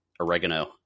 oregano